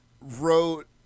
wrote